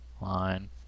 line